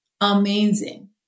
amazing